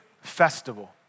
festival